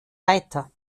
weiter